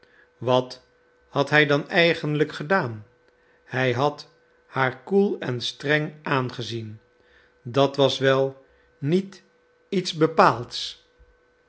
wat had hij dan eigenlijk gedaan hij had haar koel en streng aangezien dat was wel niet iets bepaalds